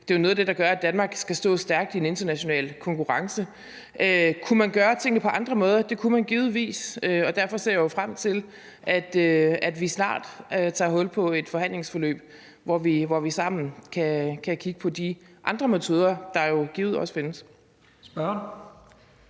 det er noget af det, der gør, at Danmark kan stå stærkt i den internationale konkurrence. Kunne man gøre tingene på andre måder? Det kunne man givetvis, og derfor ser jeg jo frem til, at vi snart tager hul på et forhandlingsforløb, hvor vi sammen kan kigge på de andre metoder, der jo givet også findes.